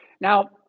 Now